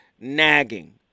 nagging